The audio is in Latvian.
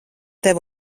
tev